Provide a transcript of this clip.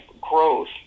growth